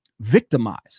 victimized